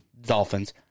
Dolphins